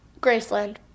Graceland